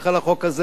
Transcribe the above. וכולם מחכים,